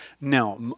now